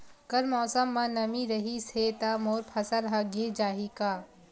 कल मौसम म नमी रहिस हे त मोर फसल ह गिर जाही का?